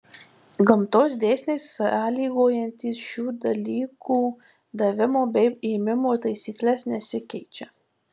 gamtos dėsniai sąlygojantys šių dalykų davimo bei ėmimo taisykles nesikeičia